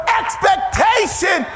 expectation